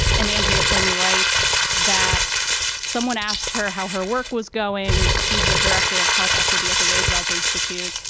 and andrea flynn writes that someone asked her how her work was going. she's a director of health equity at the roosevelt institute,